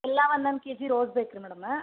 ಎಲ್ಲಾ ಒಂದೊಂದು K G rose ಬೇಕು ರಿ ಮ್ಯಾಡಮ